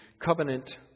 covenant